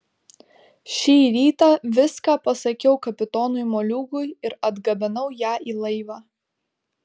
šį rytą viską pasakiau kapitonui moliūgui ir atgabenau ją į laivą